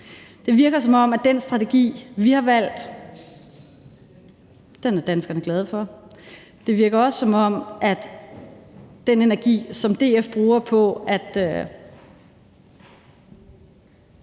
Det virker, som om den strategi, vi har valgt, er danskerne glade for. Det virker også, som om den energi, som DF bruger på, at,